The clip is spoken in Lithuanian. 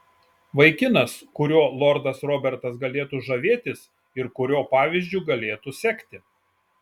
vaikinas kuriuo lordas robertas galėtų žavėtis ir kurio pavyzdžiu galėtų sekti